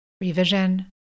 revision